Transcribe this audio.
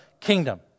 kingdom